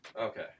okay